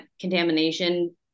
contamination